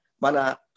mana